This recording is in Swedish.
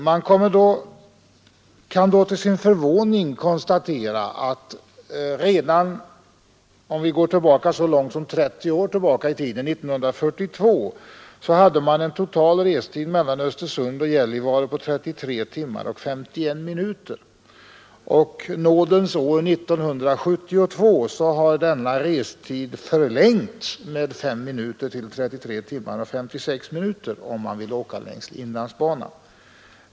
Vi kan då till vår förvåning konstatera, om vi går så långt som 30 år tillbaka i tiden, att man 1942 hade en total restid mellan Östersund och Gällivare på 33 timmar och 51 minuter, och att nådens år 1972 hade denna restid förlängts med fem minuter till 33 timmar och 56 minuter, om man vill åka längs inlandsbanan.